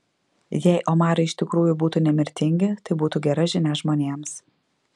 jei omarai iš tikrųjų būtų nemirtingi tai būtų gera žinia žmonėms